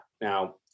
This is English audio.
Now